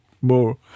more